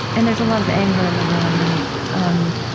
and there's a lot of anger in the room. and um